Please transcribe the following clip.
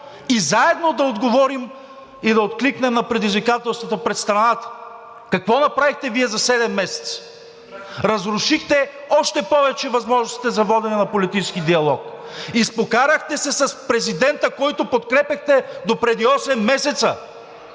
и заедно да отговорим и откликнем на предизвикателствата пред страната. Какво направихте Вие за 7 месеца? Разрушихте още повече възможностите за водене на политически диалог? Изпокарахте се с президента, който подкрепяхте допреди 8 месеца.